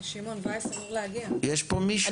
שמעון וייס אמור להגיע, אני אבדוק איתו.